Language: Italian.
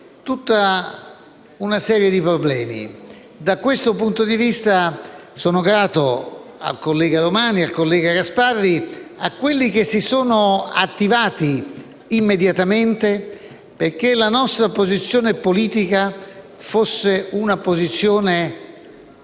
tutta una serie di problemi. Da questo punto di vista sono grato al collega Paolo Romani, al collega Gasparri e a coloro che si sono attivati immediatamente perché la nostra posizione politica fosse di alto